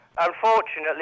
Unfortunately